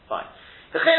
Fine